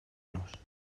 nos